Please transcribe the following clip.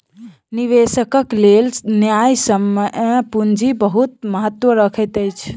निवेशकक लेल न्यायसम्य पूंजी बहुत महत्त्व रखैत अछि